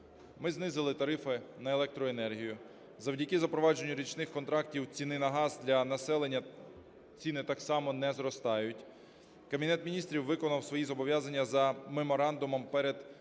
ми знизили тарифи на електроенергію, завдяки запровадженню річних контрактів ціни на газ для населення ціни так само не зростають. Кабінет Міністрів виконав свої зобов'язання за меморандумом перед місцевим